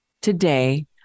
today